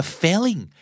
failing